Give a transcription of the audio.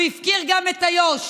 הוא הפקיר גם את איו"ש.